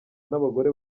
n’abagore